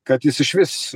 kad jis išvis